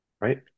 right